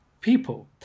people